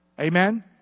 Amen